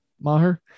Maher